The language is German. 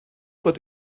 wird